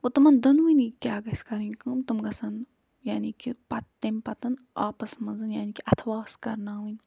گوٚو تِمَن دۄنؤنی کیٛاہ گژھِ کَرٕنۍ کٲم تِم گژھن یعنی کہِ پتہٕ تَمہِ پتہٕ آپَس منٛز یعنی کہِ اَتھواس کَرناوٕنۍ